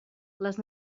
les